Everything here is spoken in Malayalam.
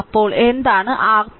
അപ്പോൾ എന്താണ് RThevenin